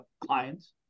clients